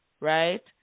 right